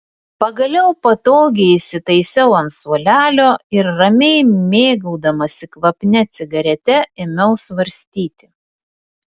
pagaliau patogiai įsitaisiau ant suolelio ir ramiai mėgaudamasi kvapnia cigarete ėmiau svarstyti